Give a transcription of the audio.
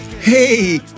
Hey